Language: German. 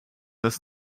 das